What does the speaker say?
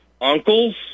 uncles